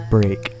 Break